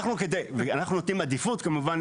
אנחנו נותנים עדיפות כמובן,